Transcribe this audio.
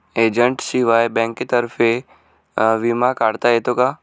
एजंटशिवाय बँकेतर्फे विमा काढता येतो का?